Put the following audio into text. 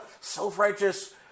self-righteous